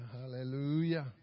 Hallelujah